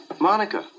Monica